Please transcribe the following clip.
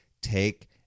take